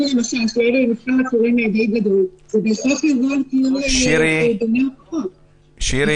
--- יבואו על חשבון